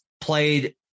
played